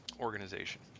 organization